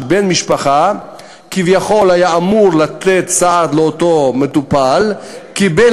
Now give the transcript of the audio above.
שבן-המשפחה שהיה אמור לתת סעד לאותו מטופל קיבל